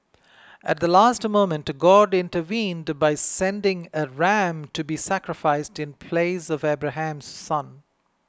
at the last moment God intervened by sending a ram to be sacrificed in place of Abraham's son